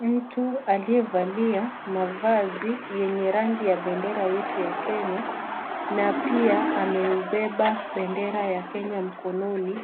Mtu aliyevalia mavazi yenye rangi ya bendera yetu ya Kenya na pia ameubeba bendera ya Kenya mkononi